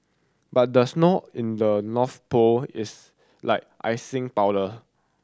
but the snow in the North Pole is like icing powder